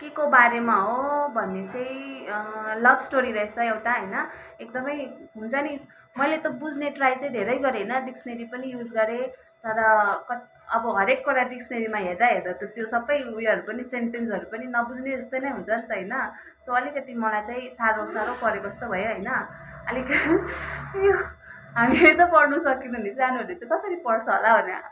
के को बारेमा हो भने चाहिँ लभस्टोरी रहेछ एउटा होइन एकदमै हुन्छ नि मैले त बुझ्ने ट्राई त धेरै गरेँ होइन डिक्सनेरी पनि युज गरेँ तर कत अब हरेकवटा डिक्सनेरीमा हेर्दा हेर्दा त सबै उयोहरू पनि सेन्टेन्सहरू पनि नबुझ्ने जस्तै नै हुन्छ नि त होइन सो अलिकति मलाई चाहिँ साह्रो साह्रो परेको जस्तो भयो होइन अलिक आयुउ हामीले त पढ्न सकेन भने सानोहरूले चाहिँ कसरी पढ्छ होला भनेर